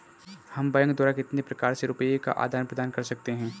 हम बैंक द्वारा कितने प्रकार से रुपये का आदान प्रदान कर सकते हैं?